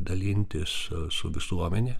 dalintis su visuomene